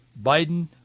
Biden